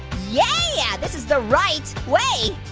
yeah, this is the right way.